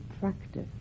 practice